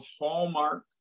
Hallmark